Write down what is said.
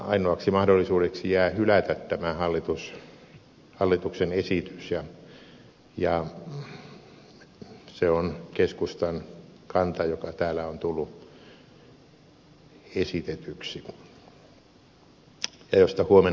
ainoaksi mahdollisuudeksi jää hylätä tämä hallituksen esitys ja se on keskustan kanta joka täällä on tullut esitetyksi ja josta huomenna äänestetään